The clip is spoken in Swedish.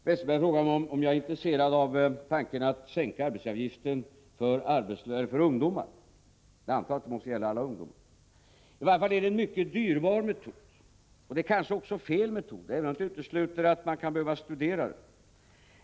Westerberg frågar vidare om jag är intresserad av tanken att sänka arbetsgivaravgiften för ungdomar. Jag antar att det gäller alla ungdomar. I varje fall är det en mycket dyr metod, kanske är det en felaktig metod, men det utesluter naturligtvis inte att man kan behöva studera den.